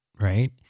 right